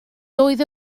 doedd